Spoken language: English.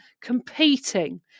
competing